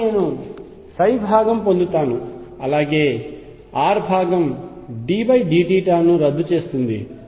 కాబట్టి నేను భాగం పొందుతాను అలాగే r భాగం ddθ ను రద్దు చేస్తుంది